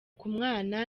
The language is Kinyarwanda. k’umwana